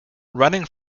running